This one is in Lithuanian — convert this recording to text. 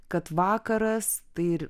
kad vakaras tai